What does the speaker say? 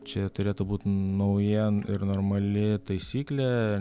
čia turėtų būt nauja ir normali taisyklė